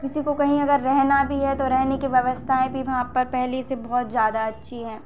किसी को कहीं अगर रहना भी है तो रहने की व्यवस्थाएँ भी वहां पर पहले से बहुत ज़्यादा अच्छी हैं